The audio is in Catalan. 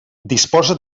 disposa